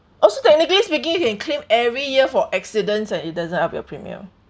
oh so technically speaking you can claim every year for accidents and it doesn't up your premium